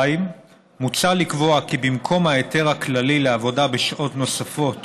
2. מוצע לקבוע כי במקום ההיתר הכללי לעבודה בשעות נוספות